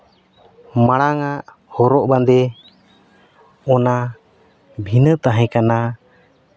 ᱢᱟᱲᱟᱝ ᱟᱜ ᱦᱚᱨᱚᱜ ᱵᱟᱸᱫᱮ ᱚᱱᱟ ᱵᱷᱤᱱᱟᱹ ᱛᱟᱦᱮᱸ ᱠᱟᱱᱟ